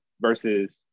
versus